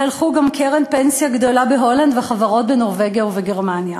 הלכו גם קרן פנסיה גדולה בהולנד וחברות בנורבגיה ובגרמניה.